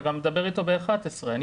אתה גם מדבר אתו היום ב-11:00.